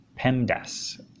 PEMDAS